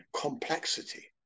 complexity